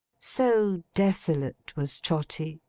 so desolate was trotty,